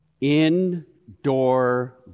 Indoor